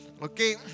Okay